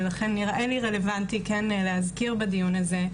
לכן נראה לי רלבנטי כן להדגיש בדיון הזה,